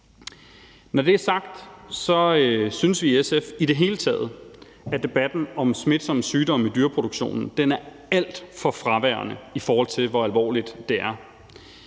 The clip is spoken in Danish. Når det er sagt, synes vi i SF i det hele taget, at debatten om smitsomme sygdomme i dyreproduktionen er alt for fraværende, i forhold til hvor alvorligt det er.